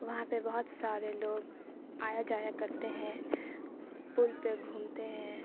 وہاں پہ بہت سارے لوگ آیا جایا کرتے ہیں پل پہ گھومتے ہیں